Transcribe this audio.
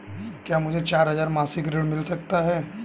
क्या मुझे चार हजार मासिक ऋण मिल सकता है?